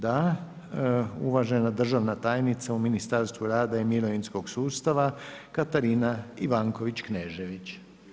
Da, uvažena državna tajnica u Ministarstvu rada i mirovinskog sustava, Katarina Ivanković-Knežević.